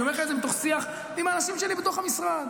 אני אומר לך את זה מתוך שיח עם האנשים שלי בתוך המשרד.